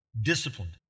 disciplined